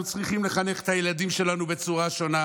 צריכים לחנך את הילדים שלנו בצורה שונה,